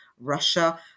Russia